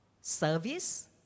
service